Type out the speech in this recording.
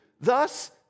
thus